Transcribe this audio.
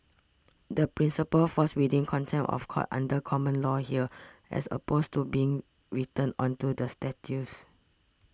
the principle falls within contempt of court under common law here as opposed to being written onto the statutes